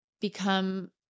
become